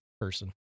person